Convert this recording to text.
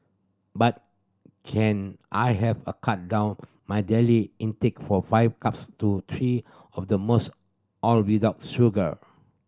but can I have a cut down my daily intake from five cups to three of the most all without sugar